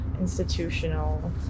Institutional